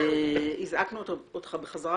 הזעקנו אותך בחזרה,